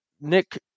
Nick